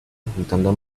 intentando